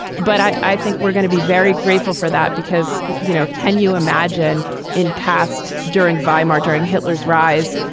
but i i think we're gonna be very grateful for that because, you know, can you imagine in past during vimy, during hitler's rise,